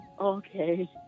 okay